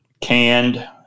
Canned